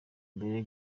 mbere